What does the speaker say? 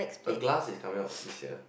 a glass is coming out this year